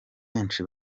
benshi